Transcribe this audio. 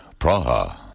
Praha